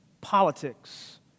politics